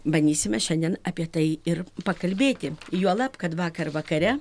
bandysime šiandien apie tai ir pakalbėti juolab kad vakar vakare